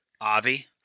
Avi